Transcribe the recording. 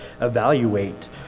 evaluate